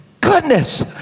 goodness